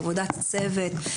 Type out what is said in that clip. עבודת צוות,